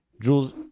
Jules